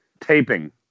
taping